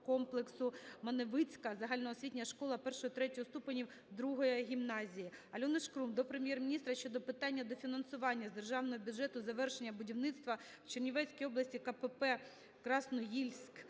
комплексу "Маневицька загальноосвітня школа І-ІІІ ступенів №2-гімназія". Альони Шкрум до Прем'єр-міністра щодо питання дофінансування з державного бюджету завершення будівництва у Чернівецькій області КПП "Красноїльськ"